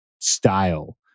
style